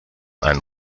and